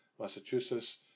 Massachusetts